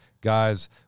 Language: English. guys